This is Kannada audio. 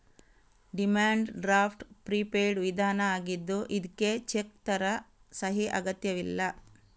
ಡಿಮ್ಯಾಂಡ್ ಡ್ರಾಫ್ಟ್ ಪ್ರಿಪೇಯ್ಡ್ ವಿಧಾನ ಆಗಿದ್ದು ಇದ್ಕೆ ಚೆಕ್ ತರ ಸಹಿ ಅಗತ್ಯವಿಲ್ಲ